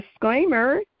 disclaimer